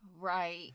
right